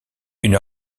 une